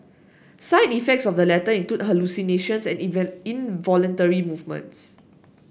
side effects of the latter include hallucinations and involuntary movements